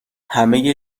همه